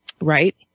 Right